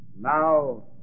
Now